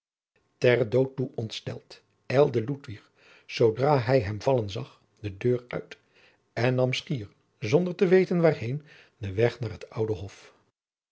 ter dood toe ontsteld ijlde ludwig zoodra hij hem vallen zag de deur uit en nam schier jacob van lennep de pleegzoon zonder te weten waarheen den weg naar het oude hof